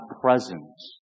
presence